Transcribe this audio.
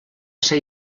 ser